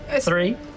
Three